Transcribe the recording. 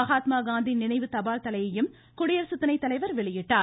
மகாத்மா காந்தி நினைவு தபால்தலையையும் குடியரசுத்துணை தலைவர் வெளியிட்டார்